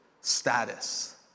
status